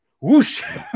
whoosh